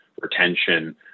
retention